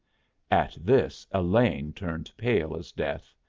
at this elaine turned pale as death,